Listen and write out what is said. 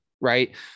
right